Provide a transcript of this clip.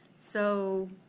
so,